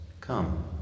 Come